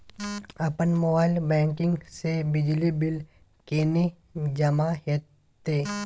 अपन mobile banking से बिजली बिल केने जमा हेते?